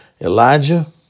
Elijah